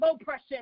oppression